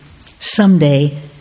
Someday